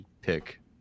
pick